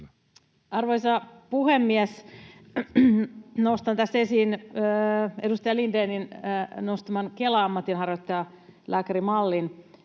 Arvoisa puhemies! Nostan tässä esiin edustaja Lindénin nostaman Kelan ammatinharjoittajalääkärimallin